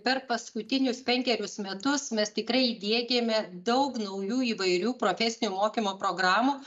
per paskutinius penkerius metus mes tikrai įdiegėme daug naujų įvairių profesinio mokymo programų